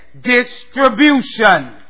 Distribution